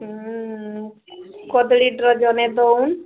ହୁଁ କଦଳୀ ଡଜନ ଦେଉନ